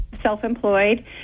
self-employed